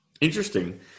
interesting